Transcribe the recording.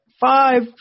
five